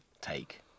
take